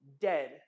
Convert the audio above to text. dead